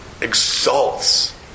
exalts